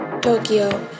Tokyo